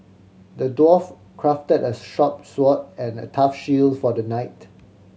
the dwarf crafted a sharp sword and a tough shield for the knight